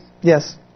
Yes